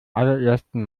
allerersten